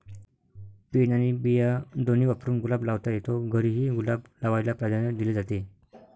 pen आणि बिया दोन्ही वापरून गुलाब लावता येतो, घरीही गुलाब लावायला प्राधान्य दिले जाते